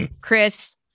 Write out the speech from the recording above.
Chris